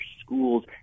schools